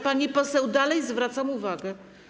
Pani poseł, nadal zwracam uwagę.